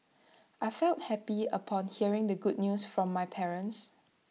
I felt happy upon hearing the good news from my parents